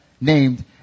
named